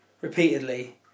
repeatedly